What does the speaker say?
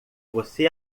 você